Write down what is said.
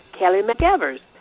kelly mcevers,